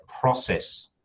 process